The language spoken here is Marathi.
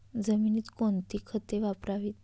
जमिनीत कोणती खते वापरावीत?